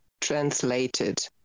translated